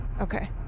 Okay